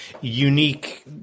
unique